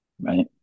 Right